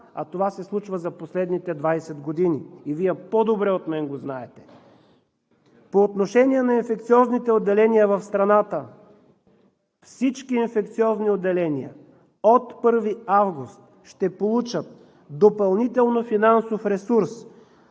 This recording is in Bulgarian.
това се случва за последните 20 години и Вие по-добре от мен го знаете. По отношение на инфекциозните отделения в страната. Всички инфекциозни отделения от 1 август ще получат допълнителен финансов ресурс.